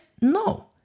No